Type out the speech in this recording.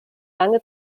lange